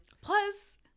Plus